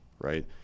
right